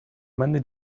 many